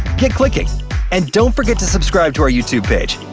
get clicking and don't forget to subscribe to our youtube page!